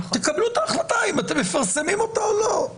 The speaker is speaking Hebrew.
תקבלו את ההחלטה אם אתם מפרסמים אותה או לא.